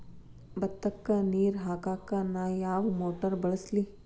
ಭತ್ತಕ್ಕ ನೇರ ಹಾಕಾಕ್ ನಾ ಯಾವ್ ಮೋಟರ್ ಬಳಸ್ಲಿ?